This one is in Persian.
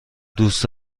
دوست